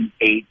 eight